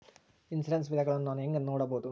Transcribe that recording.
Insurance ವಿಧಗಳನ್ನ ನಾನು ಹೆಂಗ ನೋಡಬಹುದು?